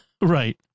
Right